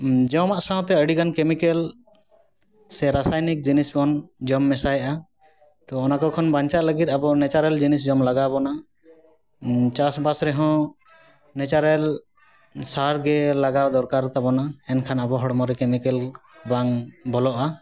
ᱡᱚᱢᱟᱜ ᱥᱟᱶᱛᱮ ᱟᱹᱰᱤᱜᱟᱱ ᱠᱮᱢᱤᱠᱮᱞ ᱥᱮ ᱨᱟᱥᱟᱭᱱᱤᱠ ᱡᱤᱱᱤᱥᱵᱚᱱ ᱡᱚᱢ ᱢᱮᱥᱟᱭᱮᱼᱟ ᱛᱚ ᱚᱱᱟᱠᱚ ᱠᱷᱚᱱ ᱵᱟᱧᱪᱟᱜ ᱞᱟᱹᱜᱤᱫ ᱟᱵᱚ ᱱᱮᱪᱟᱨᱮᱞ ᱡᱤᱱᱤᱥ ᱡᱚᱢ ᱞᱟᱜᱟᱣᱵᱚᱱᱟ ᱪᱟᱥᱼᱵᱟᱥ ᱨᱮᱦᱚᱸ ᱱᱮᱪᱟᱨᱮᱞ ᱥᱟᱨᱜᱮ ᱞᱟᱜᱟᱣ ᱫᱚᱨᱠᱟ ᱛᱟᱵᱚᱱᱟ ᱮᱱᱠᱷᱟᱱ ᱟᱵᱚ ᱦᱚᱲᱢᱚᱨᱮ ᱠᱮᱢᱤᱠᱮᱞ ᱵᱟᱝ ᱵᱚᱞᱚᱜᱼᱟ